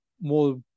more